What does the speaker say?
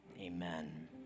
amen